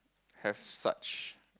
have such